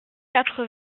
quatre